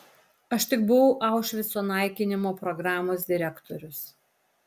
aš tik buvau aušvico naikinimo programos direktorius